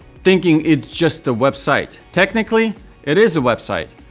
thinking it's just a website. technically it is a website,